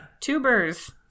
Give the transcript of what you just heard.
Tubers